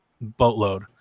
boatload